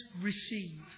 receive